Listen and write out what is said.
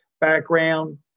background